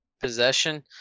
Possession